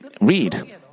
read